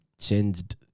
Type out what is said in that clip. changed